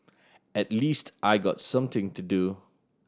at least I got something to do